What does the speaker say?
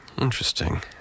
Interesting